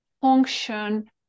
function